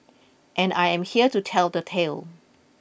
and I am here to tell the tale